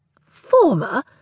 Former